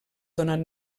donat